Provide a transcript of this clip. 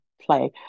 play